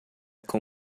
com